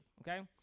Okay